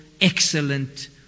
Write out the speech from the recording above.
excellent